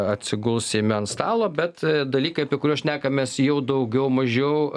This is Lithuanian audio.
atsiguls seime ant stalo bet dalykai apie kuriuos šnekamės jau daugiau mažiau